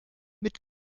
mit